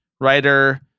writer